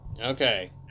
Okay